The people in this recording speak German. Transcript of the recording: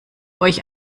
euch